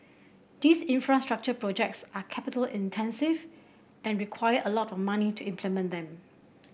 these infrastructure projects are capital intensive and require a lot of money to implement them